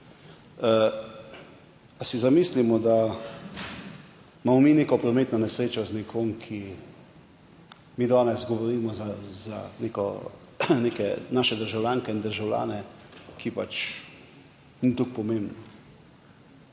danes, zamislimo si, da imamo mi neko prometno nesrečo z nekom, pa mi danes govorimo za neke naše državljanke in državljane, da pač ni toliko pomembno.